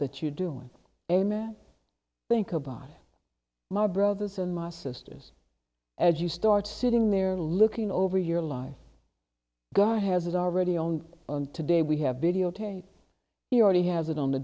that you do amen think about my brothers and my sisters as you start sitting there looking over your life god has already owned and today we have videotape he already has it on the